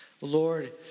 Lord